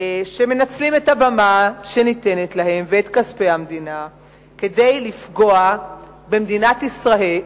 שמנצלים את הבמה שניתנת להם ואת כספי המדינה כדי לפגוע במדינת ישראל,